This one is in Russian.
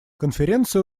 конференция